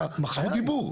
באמצע הדיבור.